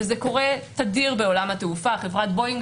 וזה קורה תדיר בעולם התעופה חברת בואינג